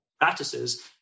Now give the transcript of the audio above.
practices